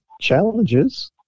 challenges